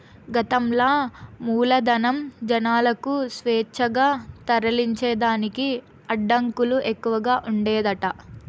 గతంల మూలధనం, జనాలకు స్వేచ్ఛగా తరలించేదానికి అడ్డంకులు ఎక్కవగా ఉండేదట